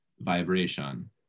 vibration